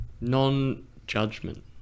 non-judgment